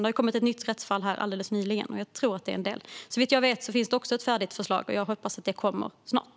Det har kommit ett nytt rättsfall alldeles nyligen, och jag tror att det har del i detta. Såvitt jag vet finns ett färdigt förslag, och jag hoppas att det kommer snart.